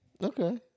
Okay